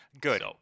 Good